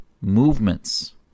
movements